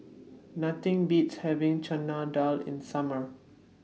Nothing Beats having Chana Dal in Summer